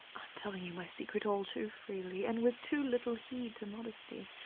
telling you my secret all too freely and with too little heed to modesty.